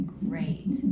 great